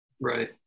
right